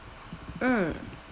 mm